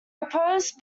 oppose